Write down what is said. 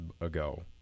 ago